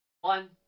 one